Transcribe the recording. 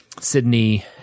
sydney